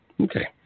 Okay